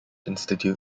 institute